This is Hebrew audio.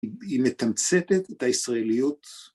‫היא מתמצתת את הישראליות.